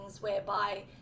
whereby